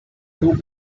two